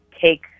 take